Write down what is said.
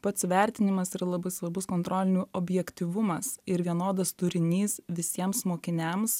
pats vertinimas yra labai svarbus kontrolinių objektyvumas ir vienodas turinys visiems mokiniams